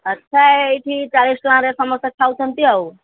ଆଚ୍ଛା ଏଇଠି ଚାଳିଶ ଟଙ୍କାରେ ସମସ୍ତେ ଖାଉଛନ୍ତି ଆଉ